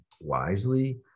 wisely